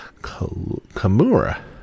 Kamura